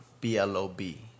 B-L-O-B